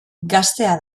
gaztea